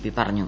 P പറഞ്ഞു